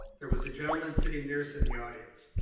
there was a gentleman sitting near us in the audience.